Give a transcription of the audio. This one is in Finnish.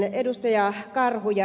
karhu ja ed